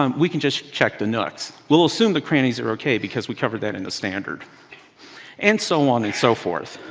um we can just check the nooks. we'll assume the crannys are ok, because we cover that in the standard and so on and so forth.